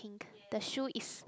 the shoe is